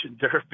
Derby